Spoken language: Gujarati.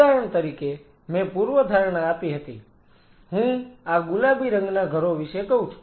ઉદાહરણ તરીકે મેં પૂર્વધારણા આપી હતી હું આ ગુલાબી રંગના ઘરો વિશે કહું છું